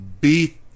beat